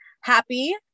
happy